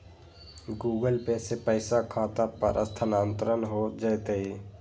Google pay से पईसा खाता पर स्थानानंतर हो जतई?